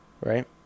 right